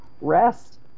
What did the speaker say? rest